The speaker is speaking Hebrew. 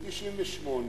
מ-1998